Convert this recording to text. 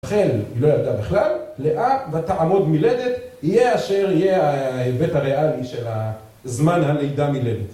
רחל, היא לא ידעת בכלל, לאה ותעמוד מילדת, יהיה אשר יהיה היבט הריאלי של הזמן הנידע מילדת.